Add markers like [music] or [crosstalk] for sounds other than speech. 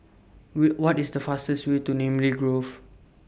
[unintelligible] What IS The fastest Way to Namly Grove